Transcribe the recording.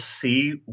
see